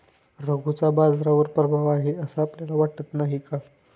रघूचा बाजारावर प्रभाव आहे असं आपल्याला वाटत नाही का?